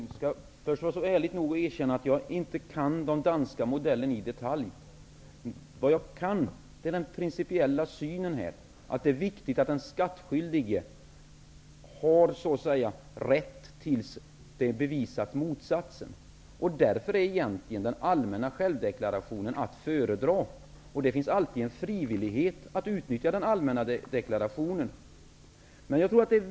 Fru talman! Jag skall vara ärlig och erkänna att jag inte kan den danska modellen i detalj. Den principiella synen här är att det är viktigt att den skattskyldige har rätt tills motsatsen bevisats. Därför är egentligen den allmänna självdeklarationen att föredra. Det finns alltid en frivillighet att utnyttja den allmänna deklarationen.